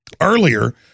earlier